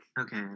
Okay